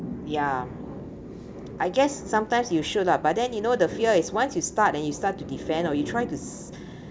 ya I guess sometimes you should lah but then you know the fear is once you start then you start to defend or you try to